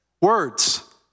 words